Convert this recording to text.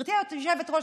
גברתי היושבת-ראש,